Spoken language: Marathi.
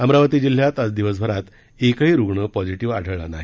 अमरावती जिल्ह्यात आज दिवसभरात एकही रुग्ण पॉझिटिव्ह आढळला नाही